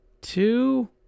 two